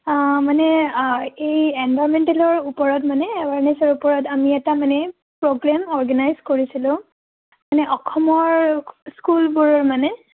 মানে এই এনভাইৰ্নমেণ্টেলৰ ওপৰত মানে এৱাৰনেছৰ ওপৰত আমি এটা মানে প্ৰগ্ৰেম অৰ্গেনাইজ কৰিছিলোঁ মানে অসমৰ স্কুলবোৰৰ মানে